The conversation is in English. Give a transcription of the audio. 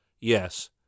yes